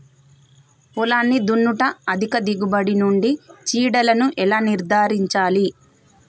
పొలాన్ని దున్నుట అధిక దిగుబడి నుండి చీడలను ఎలా నిర్ధారించాలి?